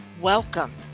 Welcome